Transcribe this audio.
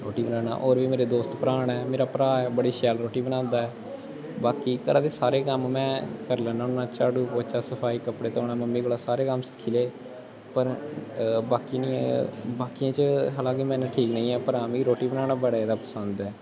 रोटी बनाना होर बी मेरे दोस्त भ्राऽ न मेरा भ्राऽ ऐ बड़ी शैल रोटी बनांदा ऐ बाकी घरा दे सारे कम्म में करी लैन्ना होन्ना झाड़ू पोच्चा सफाई कपड़े धोना मम्मी कोला सारे कम्म सिक्खी ले पर बाकी नी बाकियें च हालांकि में इन्ना ठीक नेईं ऐं पर हां मीं रोटी बनाना बड़ा जैदा पसंद ऐ